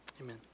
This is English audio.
amen